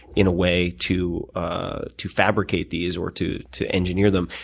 in a way, to ah to fabricate these or to to engineer them.